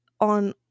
on